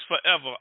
forever